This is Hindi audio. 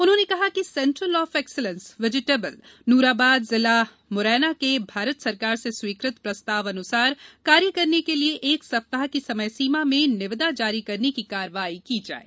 उन्होंने कहा कि सेंट्रल ऑफ एक्सिलेंस वेजिटेबल न्राबाद जिला मुरैना के भारत सरकार से स्वीकृत प्रस्ताव अनुसार कार्य करने के लिये एक सप्ताह की समय सीमा में निविदा जारी करने की कार्यवाही की जाएँ